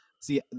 see